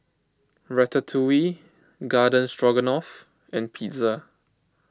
Ratatouille Garden Stroganoff and Pizza